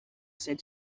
said